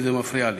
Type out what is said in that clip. כי זה מפריע לי.